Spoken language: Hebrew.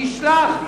תשלח,